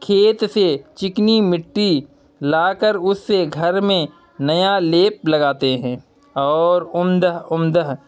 کھیت سے چکنی مٹی لا کر اس سے گھر میں نیا لیپ لگاتے ہیں اور عمدہ عمدہ